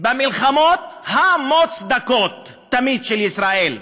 במלחמות המוצדקות תמיד של ישראל?